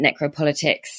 necropolitics